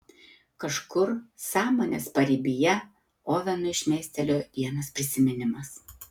kažkur sąmonės paribyje ovenui šmėstelėjo vienas prisiminimas